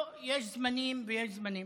יש זמנים ויש זמנים,